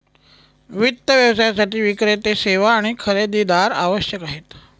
वित्त व्यवसायासाठी विक्रेते, सेवा आणि खरेदीदार आवश्यक आहेत